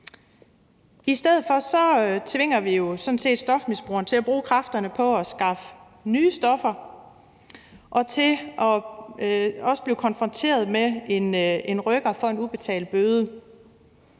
I stedet for tvinger vi jo sådan set stofmisbrugeren til at bruge kræfterne på at skaffe nye stoffer og til også at blive konfronteret med en rykker for en ubetalt bøde.